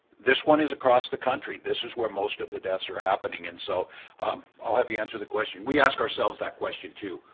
this one is across the country, this is where most of the deaths are happening, and so i'll you answer the question. we ask ourselves that question too,